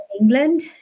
england